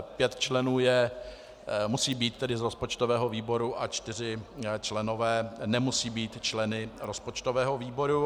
Pět členů musí být tedy z rozpočtového výboru a čtyři členové nemusí být členy rozpočtového výboru.